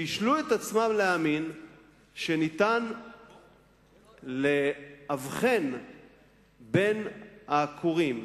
שהשלו את עצמם להאמין שניתן להבחין בין העקורים,